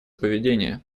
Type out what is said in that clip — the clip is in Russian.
поведения